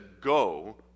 go